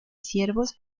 ciervos